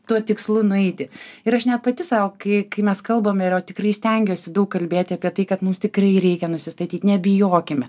tuo tikslu nueiti ir aš net pati sau kai kai mes kalbame ir o tikrai stengiuosi daug kalbėti apie tai kad mums tikrai reikia nusistatyt nebijokime